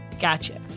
Gotcha